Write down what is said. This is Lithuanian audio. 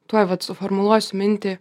tuoj vat suformuluosiu mintį